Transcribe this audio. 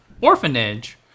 orphanage